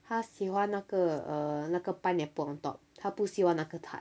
她喜欢那个 err 那个 pineapple on top 她不喜欢那个 tart